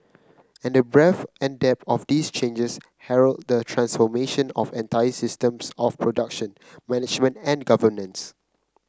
and the breadth and depth of these changes herald the transformation of entire systems of production management and governance